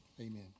amen